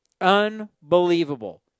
Unbelievable